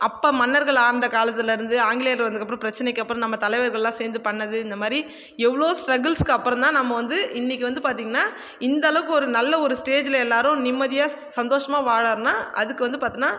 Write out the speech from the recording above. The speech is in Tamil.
அப்போ மன்னர்கள் ஆண்ட காலத்தில் இருந்து ஆங்கிலேயர் வந்ததுக்கு அப்புறம் பிரச்சினைக்கு அப்புறம் நம்ம தலைவர்கள் எல்லாம் சேர்ந்து பண்ணது இந்த மாதிரி எவ்வளவோ ஸ்ட்ரகிள்ஸுக்கு அப்புறம் தான் நம்ம வந்து இன்றைக்கு வந்து பார்த்தீங்கன்னா இந்த அளவுக்கு ஒரு நல்ல ஒரு ஸ்டேஜில் எல்லோரும் நிம்மதியாக சந்தோஷமாக வாழாற்னா அதுக்கு வந்து பார்த்தோன்னா